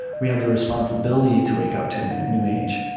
we have the responsibility to wake up to a new age.